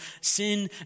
sin